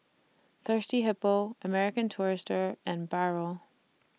Thirsty Hippo American Tourister and Barrel